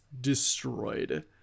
destroyed